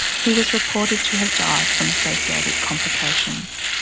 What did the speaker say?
he was reported to have died from associated complications.